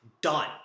done